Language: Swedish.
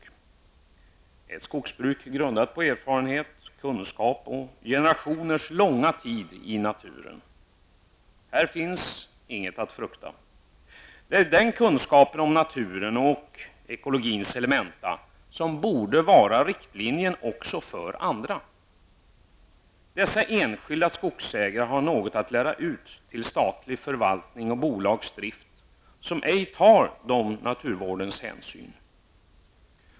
Det är ett skogsbruk grundat på erfarenhet, kunskap och generationers långa tid i naturen. Här finns inget att frukta. Det är den kunskapen om naturen och ekologins elementa som borde vara riktlinjen också för andra. Dessa enskilda skogsägare har något att lära ut till statlig förvaltning och bolags drift, som ej tar dessa naturvårdens hänsyn.